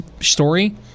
story